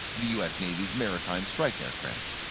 the us navy's maritime strike aircraft.